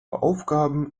aufgaben